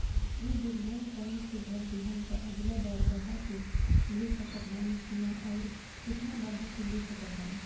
ए बेर loan time से भर देहम त अगिला बार बढ़ा के ले सकत बानी की न आउर केतना बढ़ा के ले सकत बानी?